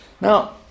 Now